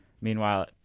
Meanwhile